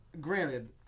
granted